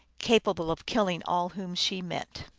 capable of killing all whom she met.